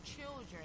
children